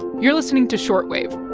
you're listening to short wave.